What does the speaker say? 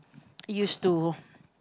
used to